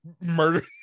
murder